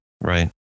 Right